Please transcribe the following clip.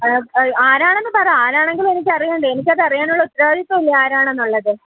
ആരാണെന്ന് പറ ആരാണെങ്കിലും എനിക്കറിയണ്ടേ എനിക്കതറിയാനുള്ള ഉത്തരവാദിത്ത്വമില്ലെ ആരാണെന്നുള്ളത്